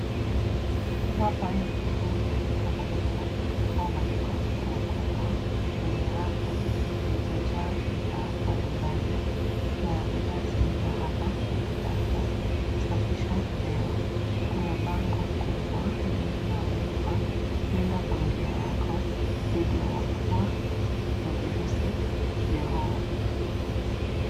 Hii hapa ni sehemu ya duka kubwa au maduka makubwa yenye rafu zilizojaa bidhaa mbalimbali na bidhaa zilizohapa ni bidhaa za kusafisha meno. Kuna bango kubwa lililoandikwa linda familia yako dhidi ya mapua na virusi vya homa.